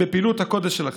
על פעילות הקודש שלכם.